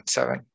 Seven